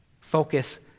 Focus